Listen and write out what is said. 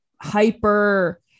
hyper